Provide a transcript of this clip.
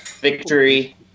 Victory